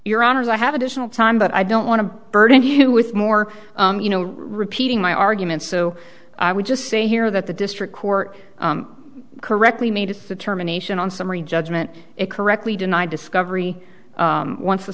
your honor i have additional time but i don't want to burden you who is more you know repeating my argument so i would just say here that the district court correctly made its the terminations on summary judgment it correctly denied discovery once